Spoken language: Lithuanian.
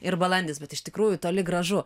ir balandis bet iš tikrųjų toli gražu